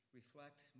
reflect